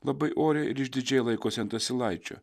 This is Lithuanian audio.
labai oriai ir išdidžiai laikosi ant asilaičio